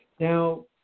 Now